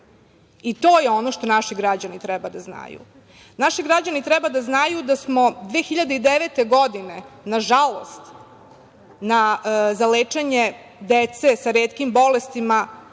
To je ono što naši građani treba da znaju. Naši građani treba da znaju da smo 2009. godine, nažalost, za lečenje dece sa retkim bolestima